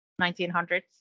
1900s